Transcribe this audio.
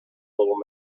little